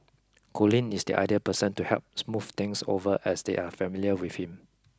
Colin is the ideal person to help smooth things over as they are familiar with him